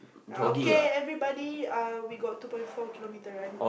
err okay everybody err we got two point four kilometer run